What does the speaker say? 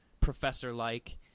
professor-like